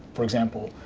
for example.